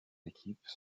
équipes